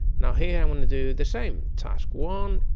now, here i want to do the same task one,